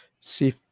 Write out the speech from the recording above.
see